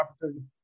opportunity